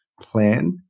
plan